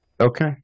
Okay